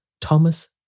Thomas